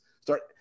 Start